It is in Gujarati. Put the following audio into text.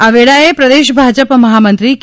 આ વેળાએ પ્રદેશ ભાજપ મહામંત્રી કે